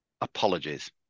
apologies